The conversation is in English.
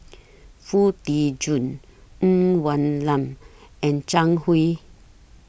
Foo Tee Jun Ng Woon Lam and Zhang Hui